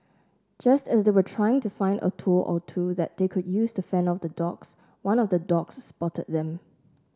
just as they were trying to find a tool or two that they could use to fend off the dogs one of the dogs spotted them